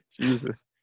Jesus